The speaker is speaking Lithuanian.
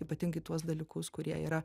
ypatingai tuos dalykus kurie yra